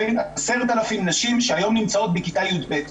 10,000 נשים שהיום נמצאות בכיתה יב'.